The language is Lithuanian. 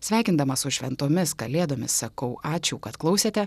sveikindama su šventomis kalėdomis sakau ačiū kad klausėte